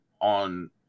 on